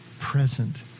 present